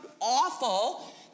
awful